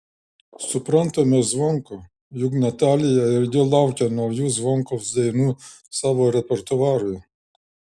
suprantame zvonkų juk natalija irgi laukia naujų zvonkaus dainų savo repertuarui